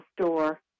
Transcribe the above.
store